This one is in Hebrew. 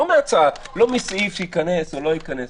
לא מסעיף שייכנס או לא ייכנס.